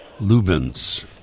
Lubin's